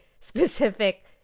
specific